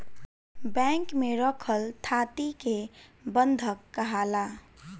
bank में रखल थाती के बंधक काहाला